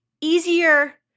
easier